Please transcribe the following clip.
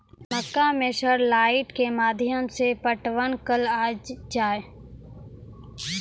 मक्का मैं sir light के माध्यम से पटवन कल आ जाए?